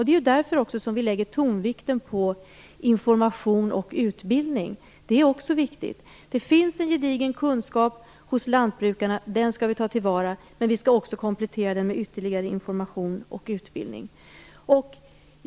Det är därför som vi lägger tonvikten på information och utbildning. Det är också viktigt. Det finns en gedigen kunskap hos lantbrukarna, och den skall vi ta till vara och kompletterar den med ytterligare information och utbildning.